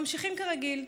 ממשיכים כרגיל.